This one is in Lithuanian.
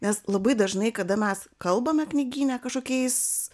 nes labai dažnai kada mes kalbame knygyne kažkokiais